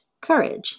courage